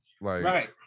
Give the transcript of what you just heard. Right